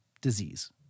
disease